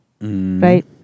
Right